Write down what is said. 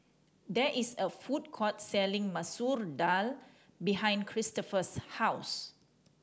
there is a food court selling Masoor Dal behind Christopher's house